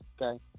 Okay